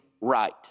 right